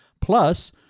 Plus